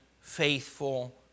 faithful